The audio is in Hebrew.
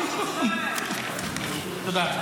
תודה.